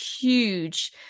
huge